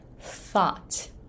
thought